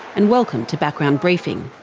and welcome to background briefing.